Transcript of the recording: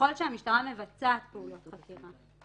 שככל שהמשטרה מבצעת פעולות חקירה